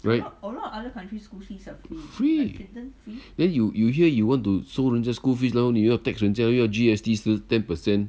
right free then you you here you want to 收人家 school fees 然后又要 tax 人家又要 G_S_T 十 ten percent